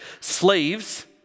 Slaves